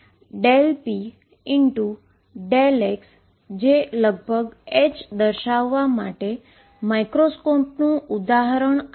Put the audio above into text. આપણે pΔx∼h દર્શાવવા માટે માઇક્રોસ્કોપનું ઉદાહરણ આપ્યું